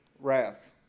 wrath